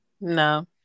No